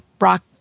rock